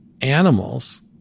animals